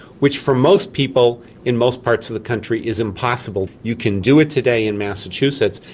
which for most people in most parts of the country is impossible. you can do it today in massachusetts,